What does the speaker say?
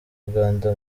uganda